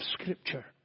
Scripture